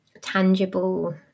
tangible